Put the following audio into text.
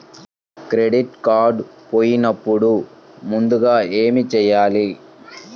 Credit card పోయినపుడు ముందుగా ఏమి చేయాలి?